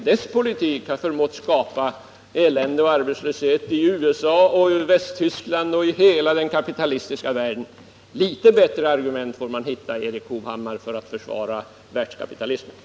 Dess politik har förmått skapa elände och arbetslöshet i USA, Västtyskland och hela den kapitalistiska världen. Litet bättre argument behövs, Erik Hovhammar, för att försvara världskapitalismen.